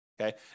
okay